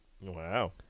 Wow